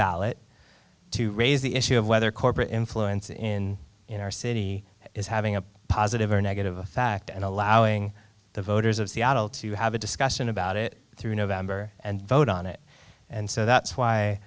ballot to raise the issue of whether corporate influence in inner city is having a positive or negative a fact and allowing the voters of seattle to have a discussion about it through november and vote on it and so that's why